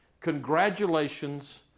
Congratulations